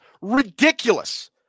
Ridiculous